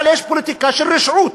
אבל יש פוליטיקה של רשעות,